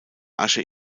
asche